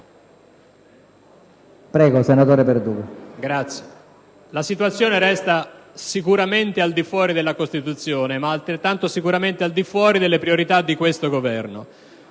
La situazione resta sicuramente al di fuori della Costituzione, ma altrettanto sicuramente al di fuori delle priorità di questo Governo.